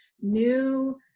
new